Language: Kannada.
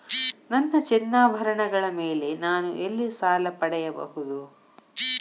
ನನ್ನ ಚಿನ್ನಾಭರಣಗಳ ಮೇಲೆ ನಾನು ಎಲ್ಲಿ ಸಾಲ ಪಡೆಯಬಹುದು?